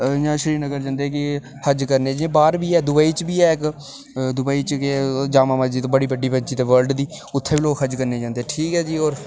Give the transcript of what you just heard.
ते सिरीनगर जंदे हज करने गी इं'या बाहर बी ऐ दूबई च दूबई च जडामा मस्जिद ऐ बड़ी बड्डी वर्ल्ड दी उत्थै बी जंदे लोक हज करने गी जंदे ठीक ऐ जी होर